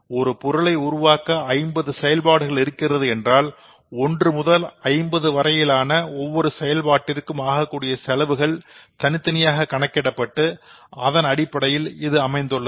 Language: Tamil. ஒரு பொருளை உருவாக்க 50 செயல்பாடுகள் இருக்கிறது என்றால் 1 முதல் 50 வரையிலான ஒவ்வொரு செயல்பாட்டிற்கும் ஆககூடிய செலவுகள் தனித்தனியாக கணக்கிடப்பட்டு அதனுடைய அடிப்படையில் இது அமைந்துள்ளது